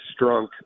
Strunk